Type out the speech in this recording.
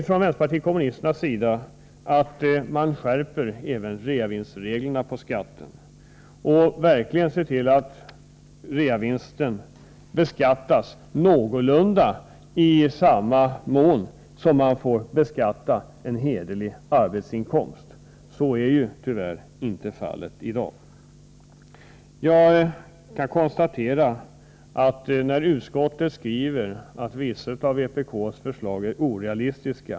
Från vänsterpartiet kommunisternas sida vill vi att man skärper även reavinstreglerna när det gäller skatten och att man verkligen ser till att reavinsten beskattas någorlunda i samma utsträckning som en hederlig arbetsinkomst beskattas — så är tyvärr inte fallet i dag. Utskottet skriver att vissa av vpk:s förslag är orealistiska.